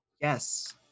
Yes